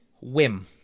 Whim